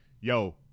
yo